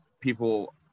people